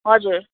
हजुर